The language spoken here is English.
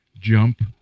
jump